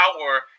power